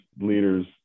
leaders